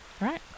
Right